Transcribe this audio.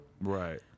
Right